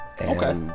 Okay